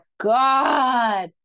God